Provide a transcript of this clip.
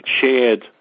shared